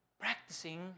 practicing